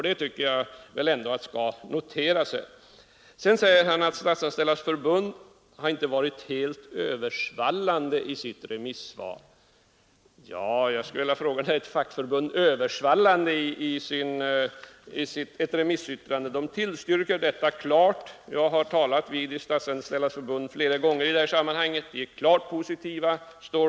Det tycker jag skall noteras. Herr Jonsson säger också att Statsanställdas förbund inte varit särskilt översvallande i sitt remissvar. Jag skulle vilja fråga när ett fackförbund är översvallande i sitt remissyttrande. Statsanställdas förbund tillstyrker förslaget och är klart positivt till det, jag har talat med Statsanställdas förbund flera gånger i detta sammanhang.